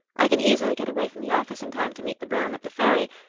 i can easily get away from the office in time to meet the brougham at the ferry,